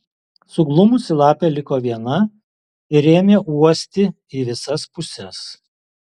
suglumusi lapė liko viena ir ėmė uosti į visas puses